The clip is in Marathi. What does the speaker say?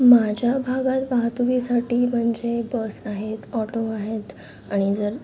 माझ्या भागात वाहतुकीसाठी म्हणजे बस आहेत ऑटो आहेत आणि जर